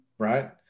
right